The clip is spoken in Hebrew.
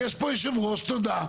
הלו, יש פה יושב-ראש, דקה.